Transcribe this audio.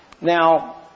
Now